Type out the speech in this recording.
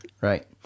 right